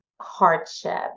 hardship